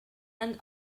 and